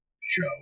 show